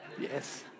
Yes